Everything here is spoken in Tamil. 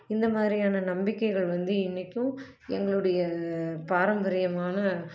இந்தமாதிரியான நம்பிக்கைகள் வந்து இன்னைக்கும் எங்களுடைய பாரம்பரியமான